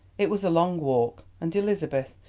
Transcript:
it was a long walk, and elizabeth,